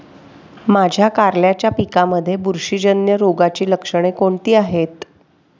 माझ्या कारल्याच्या पिकामध्ये बुरशीजन्य रोगाची लक्षणे कोणती आहेत?